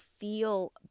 feel